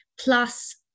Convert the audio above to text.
Plus